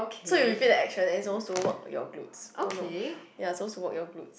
so you repeat the action and it suppose to work your glutes oh no ya suppose to work your glutes